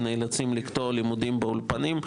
נאלצים לקטוע את הלימודים באולפנים.